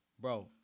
bro